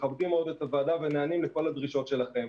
מכבדים מאוד את הוועדה ונענים לכל הדרישות שלכם.